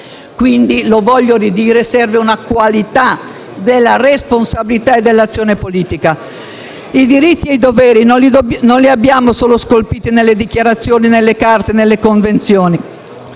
Quindi, lo voglio ripetere, serve una qualità della responsabilità e dell'azione politica. I diritti e doveri non li abbiamo solo scolpiti nelle Dichiarazioni, nelle Carte e nelle Convenzioni: